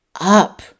up